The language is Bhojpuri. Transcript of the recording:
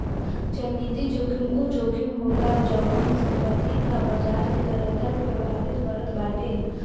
चलनिधि जोखिम उ जोखिम होला जवन की संपत्ति कअ बाजार के तरलता के प्रभावित करत बाटे